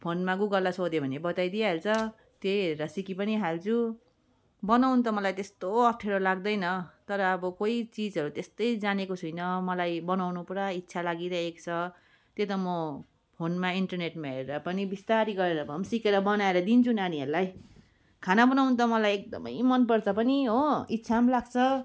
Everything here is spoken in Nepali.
फोनमा गुगललाई सोध्यो भने बताइदिइहाल्छ त्यही हेरेर सिकी पनि हाल्छु बनाउनु त मलाई त्यस्तो अप्ठ्यारो लाग्दैन तर अब कोही चिजहरू त्यस्तै जानेको छुइनँ मलाई बनाउनु पुरा इच्छा लागिरहेको छ त्यो त म फोनमा इन्टरनेटमा हेरेर पनि बिस्तारी गरेर भए पनि सिकेर बनाएर दिन्छु नानीहरूलाई खाना बनाउनु त मलाई एकदमै मनपर्छ पनि हो इच्छा पनि लाग्छ